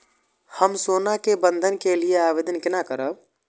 हम सोना के बंधन के लियै आवेदन केना करब?